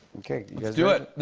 okay. let's do it.